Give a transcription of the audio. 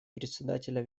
председателя